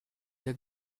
der